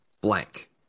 blank